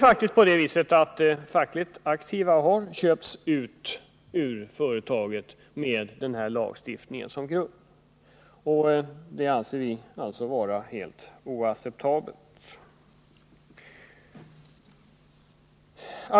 Fackligt aktiva har faktiskt köpts ut ur företag med denna lagstiftning som grund, och det anser vi helt oacceptabelt.